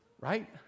Right